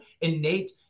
innate